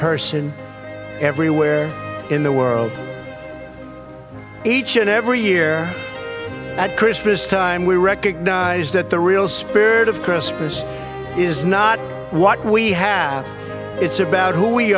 person everywhere in the world each and every year at christmas time we recognize that the real spirit of christmas is not what we have it's about who we